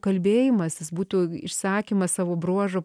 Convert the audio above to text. kalbėjimasis būtų išsakymas savo bruožų